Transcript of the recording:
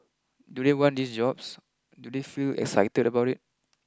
do they want these jobs do they feel excited about it